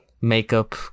makeup